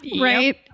Right